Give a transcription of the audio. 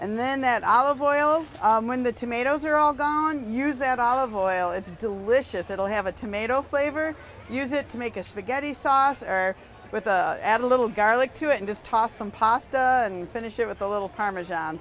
and then i will boil when the tomatoes are all gone use that olive oil it's delicious it'll have a tomato flavor use it to make a spaghetti sauce or with add a little garlic to it and just toss some pasta and finish it with a little parmesan